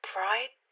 Pride